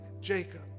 Jacob